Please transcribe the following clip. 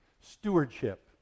Stewardship